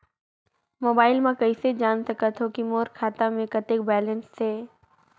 Mobile म कइसे जान सकथव कि मोर खाता म कतेक बैलेंस से?